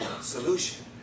solution